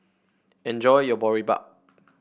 enjoy your Boribap